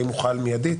האם הוא חל מידית,